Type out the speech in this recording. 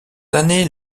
années